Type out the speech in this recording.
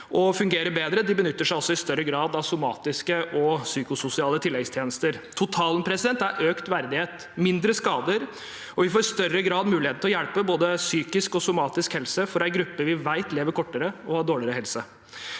og fungere bedre, men de benytter seg også i større grad av somatiske og psykososiale tilleggstjenester. Totalen er økt verdighet og mindre skader, og vi får i større grad muligheten til å hjelpe både den psykiske og somatiske helsen til en gruppe vi vet lever kortere og har dårligere helse.